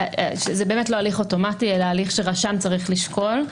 שזה באמת לא הליך אוטומטי אלא הליך שרשם צריך לשקול,